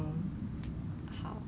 because right